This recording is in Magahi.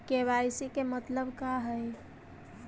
के.वाई.सी के मतलब का हई?